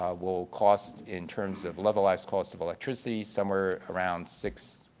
will cost in terms of levelized cost of electricity somewhere around six,